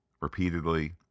repeatedly